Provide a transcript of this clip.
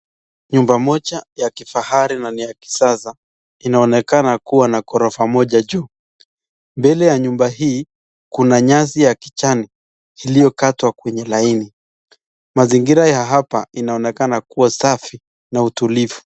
Nyumba moja ya kifahari na ni ya kisasa inaonekana kuwa na ghorofa moja juu. Mbele ya nyumba hii kuna nyasi ya kijani iliyokatwa kwenye laini mazingira ya hapa inaonekana kuwa safi na utulivu.